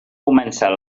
començar